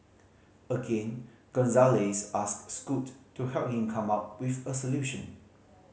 again Gonzalez asked Scoot to help him come up with a solution